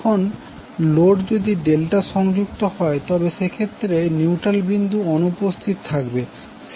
এখন লোড যদি ডেল্টা সংযুক্ত হয় তবে সেক্ষেত্রে নিউট্রাল বিন্দু অনুপস্থিত থাকবে